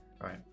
right